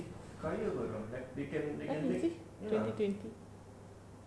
kaya apa dia orang ya lah